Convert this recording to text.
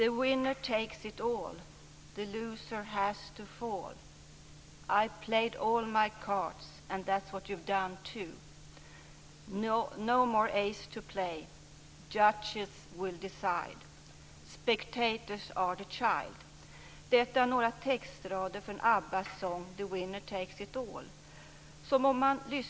The looser has to fall.